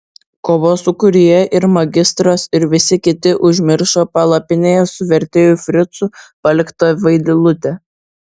kovos sūkuryje ir magistras ir visi kiti užmiršo palapinėje su vertėju fricu paliktą vaidilutę